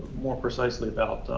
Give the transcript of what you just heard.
more precisely about